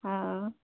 हँ